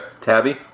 Tabby